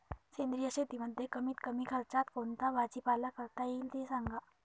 सेंद्रिय शेतीमध्ये कमीत कमी खर्चात कोणता भाजीपाला करता येईल ते सांगा